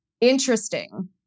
interesting